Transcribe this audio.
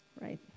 right